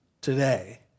today